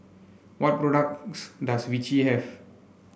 what products does Vichy have